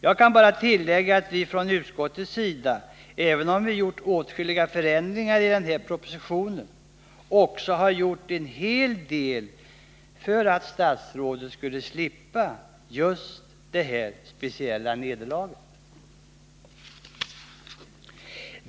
Jag kan bara tillägga att vi från utskottets sida, även om vi gjort åtskilliga förändringar i propositionen, också har gjort en hel del för att statsrådet skulle slippa just det här speciella nederlaget.